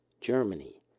Germany